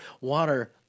water